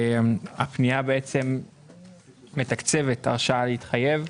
הפנייה מתקצבת הרשאה להתחייב,